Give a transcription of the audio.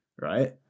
right